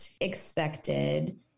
expected